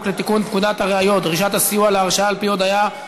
לתיקון פקודת הראיות (דרישת הסיוע להרשעה על-פי הודיה),